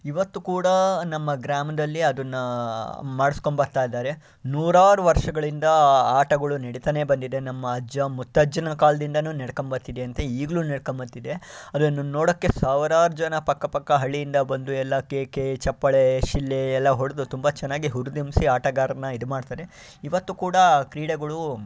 ಇವತ್ತು ಕೂಡ ನಮ್ಮ ಗ್ರಾಮದಲ್ಲಿ ಅದನ್ನು ಮಾಡಿಸ್ಕೊಂಬರ್ತಾಯಿಯಿದ್ದಾರೆ ನೂರಾರು ವರ್ಷಗಳಿಂದ ಆಟಗಳು ನಡಿತಾನೆ ಬಂದಿದೆ ನಮ್ಮ ಅಜ್ಜ ಮುತ್ತಜ್ಜನ ಕಾಲದಿಂದಲೂ ನಡ್ಕೊಂಬರ್ತಿದೆ ಅಂತೆ ಈಗಲೂ ನಡ್ಕೊಂಬರ್ತಿದೆ ಅದನ್ನು ನೋಡೋಕೆ ಸಾವಿರಾರು ಜನ ಪಕ್ಕ ಪಕ್ಕ ಹಳ್ಳಿಯಿಂದ ಬಂದು ಎಲ್ಲ ಕೇಕೆ ಚಪ್ಪಾಳೆ ಶಿಳ್ಳೆ ಎಲ್ಲ ಹೊಡೆದು ತುಂಬ ಚೆನ್ನಾಗಿ ಹುರಿದುಂಬಿಸಿ ಆಟಗಾರರನ್ನು ಇದು ಮಾಡ್ತಾರೆ ಇವತ್ತು ಕೂಡ ಕ್ರೀಡೆಗಳು